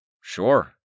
Sure